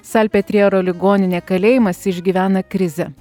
salpetriero ligoninė kalėjimas išgyvena krizę